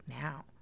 now